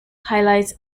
highlights